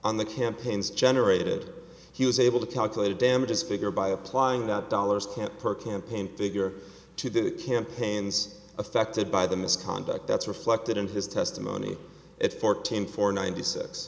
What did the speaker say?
on the campaigns generated he was able to calculate the damages figure by applying that dollars can't per campaign figure to the campaigns affected by the misconduct that's reflected in his testimony at fourteen for ninety six